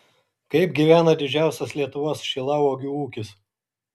kaip gyvena didžiausias lietuvos šilauogių ūkis